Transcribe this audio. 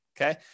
Okay